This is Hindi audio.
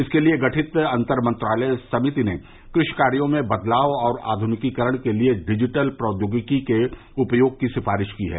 इसके लिए गठित अंतरमंत्रालय समिति ने क्रापि कार्यो में बदलाव और आध्निकीकरण के लिए डिजिटल प्रौद्योगिकी के उपयोग की सिफारिश की है